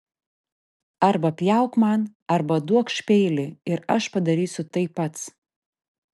arba pjauk man arba duokš peilį ir aš padarysiu tai pats